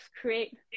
create